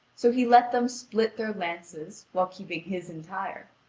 so he let them split their lances, while keeping his entire,